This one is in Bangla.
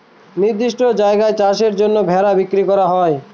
নির্দিষ্ট জায়গায় চাষের জন্য ভেড়া বিক্রি করা হয়